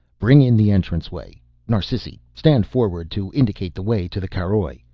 bring in the entranceway. narsisi stand forward to indicate the way to the caroj.